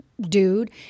dude